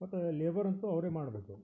ಮತ್ತು ಲೇಬರ್ ಅಂತೂ ಅವರೇ ಮಾಡಬೇಕು